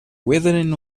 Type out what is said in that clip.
weathering